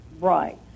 Right